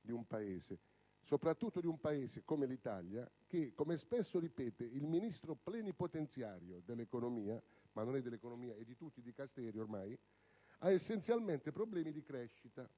di un Paese, soprattutto di un Paese come l'Italia che, come spesso ripete il Ministro plenipotenziario dell'economia - ma non è solo dell'economia, ormai è di tutti i Dicasteri - ha essenzialmente problemi di crescita.